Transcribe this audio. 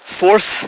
fourth